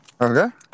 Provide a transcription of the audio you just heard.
Okay